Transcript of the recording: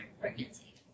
pregnancy